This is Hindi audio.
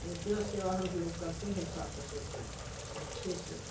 इतना सेवा हम लोग करते हैं सेवा सास ससुर का अच्छे से